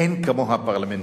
אין כמוה פרלמנטרית.